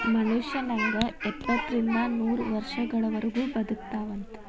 ಮನುಷ್ಯ ನಂಗ ಎಪ್ಪತ್ತರಿಂದ ನೂರ ವರ್ಷಗಳವರಗು ಬದಕತಾವಂತ